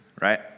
right